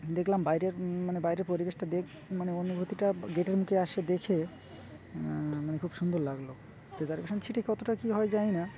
দেখলাম বাইরের মানে বাইরের পরিবেশটা দেখ মানে অনুভূতিটা গেটের মুখে এসে দেখে মানে খুব সুন্দর লাগল তো রিজার্ভেশন সিটে কতটা কী হয় জানি না